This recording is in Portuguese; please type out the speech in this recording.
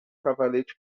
cavalete